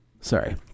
Sorry